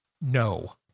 No